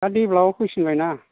दा डेभेलप फैसिनबाय ना